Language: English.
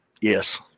Yes